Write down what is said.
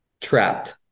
trapped